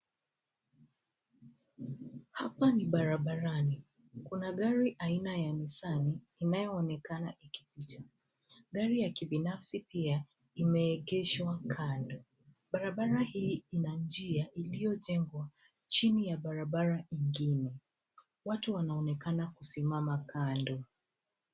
Hapa ni barabarani. Kuna gari aina ya Nisani, inayoonekana ikikuja. Gari ya kibinafsi pia imeegeshwa kando. Barabara hii ina njia iliyojengwa chini ya barabara ingine. Watu wanaonekana kusimama kando.